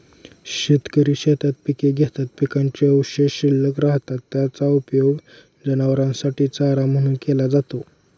शेतकरी शेतात पिके घेतात, पिकाचे अवशेष शिल्लक राहतात, त्याचा उपयोग जनावरांसाठी चारा म्हणून केला जातो